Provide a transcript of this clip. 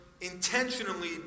intentionally